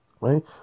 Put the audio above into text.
right